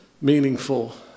meaningful